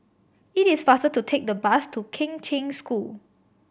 it is faster to take the bus to Kheng Cheng School